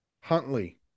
Huntley